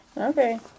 Okay